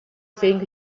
think